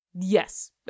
Yes